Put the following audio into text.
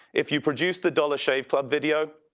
if you produce the dollar shave club video,